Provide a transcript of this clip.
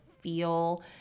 feel